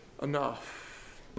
Enough